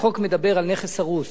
החוק מדבר על נכס הרוס.